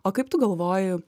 o kaip tu galvoji